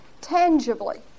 tangibly